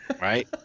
right